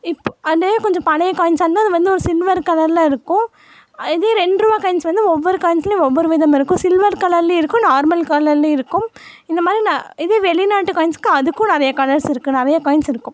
இப்போ அதே கொஞ்சம் பழைய காயின்ஸா இருந்தால் அது வந்து ஒரு சில்வர் கலரில் இருக்கும் இதே ரெண்டு ருபா காயின்ஸ் வந்து ஒவ்வொரு காயின்ஸ்லேயும் ஒவ்வொரு விதம் இருக்கும் சில்வர் கலர்லேயும் இருக்கும் நார்மல் கலர்லேயும் இருக்கும் இந்த மாதிரி ந இதே வெளிநாட்டு காயின்ஸ்க்கு அதுக்கும் நிறைய கலர்ஸ் இருக்குது நிறைய காயின்ஸ் இருக்கும்